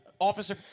Officer